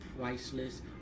priceless